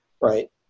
right